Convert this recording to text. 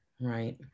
Right